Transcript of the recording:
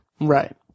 Right